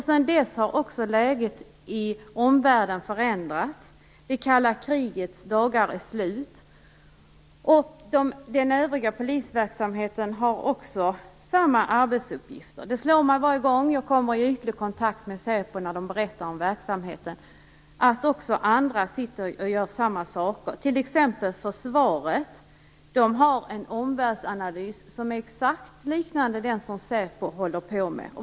Sedan dess har också läget i omvärlden förändrats. Det kalla krigets dagar är slut. Den övriga polisverksamheten har också samma arbetsuppgifter. Det slår mig varje gång jag kommer i ytlig kontakt med SÄPO när de berättar om verksamheten, att andra sitter och gör samma saker. Försvaret, t.ex. har en omvärldsanalys som exakt liknar den som SÄPO håller på med.